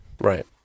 Right